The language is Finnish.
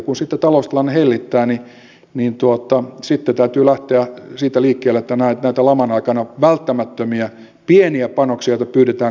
kun taloustilanne hellittää niin sitten täytyy lähteä siitä liikkeelle että näitä laman aikana välttämättömiä pieniä panoksia joita pyydetään kaikilta voidaan sitten heidänkin osaltaan helpottaa